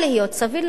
סביר להניח,